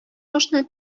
ашны